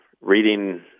reading